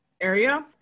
area